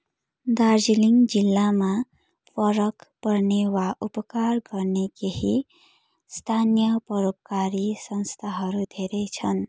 दार्जिलिङ जिल्लामा परक पर्ने वा उपकार गर्ने केही स्थानीय परोपकारी संस्थाहरू धेरै छन्